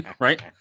Right